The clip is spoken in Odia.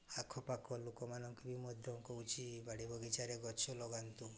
ଆଖପାଖ ଲୋକମାନଙ୍କୁ ବି ମଧ୍ୟ କହୁଛି ବାଡ଼ି ବଗିଚାରେ ଗଛ ଲଗାନ୍ତୁ